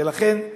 ולכן,